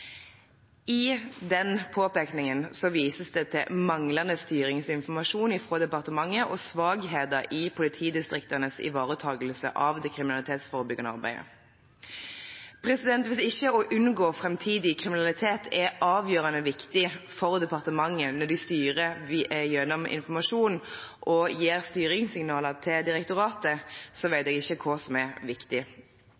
I den påpekningen vises det til manglende styringsinformasjon fra departementet og svakheter i politidistriktenes ivaretakelse av det kriminalitetsforebyggende arbeidet. Hvis ikke det å unngå framtidig kriminalitet er avgjørende viktig for departementet når de styrer gjennom informasjonen og gir styringssignaler til direktoratet, vet jeg ikke hva som er viktig.